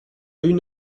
une